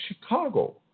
Chicago